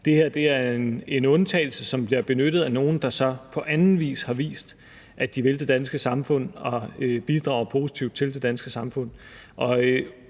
Det her er en undtagelse, som bliver benyttet af nogle, der så på anden vis har vist, at de vil det danske samfund og bidrager positivt til det danske samfund.